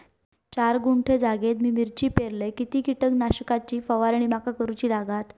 चार गुंठे जागेत मी मिरची पेरलय किती कीटक नाशक ची फवारणी माका करूची लागात?